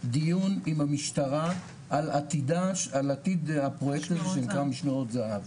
דיון עם המשטרה על עתיד הפרויקט שנקרא משמרות הזה"ב.